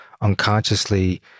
unconsciously